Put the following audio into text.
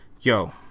Yo